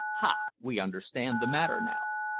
ha! we understand the matter now.